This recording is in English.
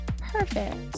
Perfect